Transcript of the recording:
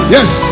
Yes